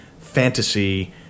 fantasy